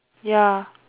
ya